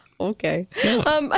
Okay